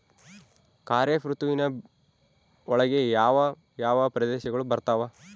ಖಾರೇಫ್ ಋತುವಿನ ಒಳಗೆ ಯಾವ ಯಾವ ಪ್ರದೇಶಗಳು ಬರ್ತಾವ?